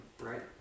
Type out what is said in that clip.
right